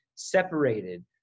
separated